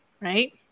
Right